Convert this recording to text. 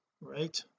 right